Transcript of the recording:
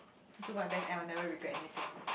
do my best and I'll never regret anything